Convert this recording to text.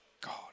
God